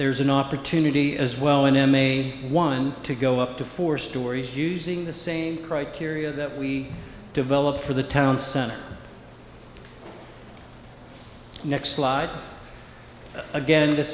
there's an opportunity as well an m a one to go up to four stories using the same criteria that we developed for the town center next slide again